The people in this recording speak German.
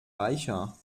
reicher